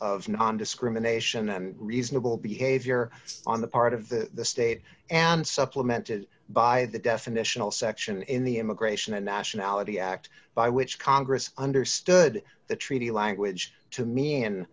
of nondiscrimination and reasonable behavior on the part of the state and supplemented by the definitional section in the immigration and nationality act by which congress understood the treaty language to me